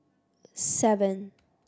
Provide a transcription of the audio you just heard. seven